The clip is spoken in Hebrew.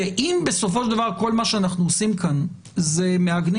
כי אם בסופו של דבר כל מה שאנחנו עושים כאן זה מעגנים